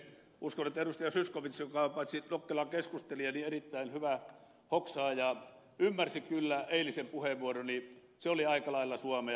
zyskowicz joka on paitsi nokkela keskustelija myös erittäin hyvä hoksaaja ymmärsi kyllä eilisen puheenvuoroni se oli aika lailla suomea